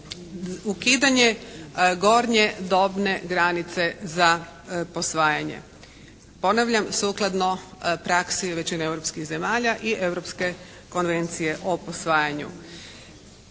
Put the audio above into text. ukidanje gornje dobne granice za usvajanje. Ponavljam sukladno praksi većine europskih zemalja i Europske konvencije o posvajanju.